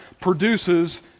produces